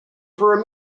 for